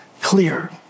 clear